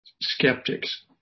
skeptics